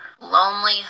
lonely